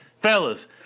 fellas